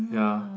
ya